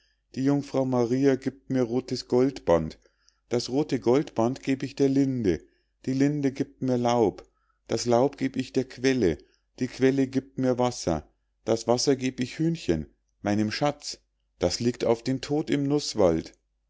die jungfrau maria giebt mir rothes goldband das rothe goldband geb ich der linde die linde giebt mir laub das laub geb ich der quelle die quelle giebt mir wasser das wasser geb ich hühnchen meinem schatz das liegt auf den tod im nußwald